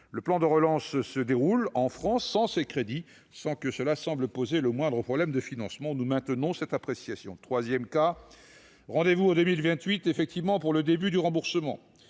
Le plan de relance français se déroule sans ces crédits, sans que cela semble poser le moindre problème de financement. Nous maintenons cette appréciation. Troisièmement, le rendez-vous est fixé à 2028 pour le début du remboursement.